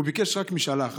הוא ביקש רק משאלה אחת: